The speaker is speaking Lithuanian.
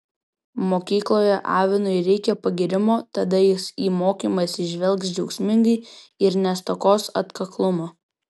mokykloje avinui reikia pagyrimo tada jis į mokymąsi žvelgs džiaugsmingai ir nestokos atkaklumo